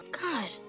God